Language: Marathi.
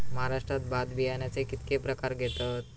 महाराष्ट्रात भात बियाण्याचे कीतके प्रकार घेतत?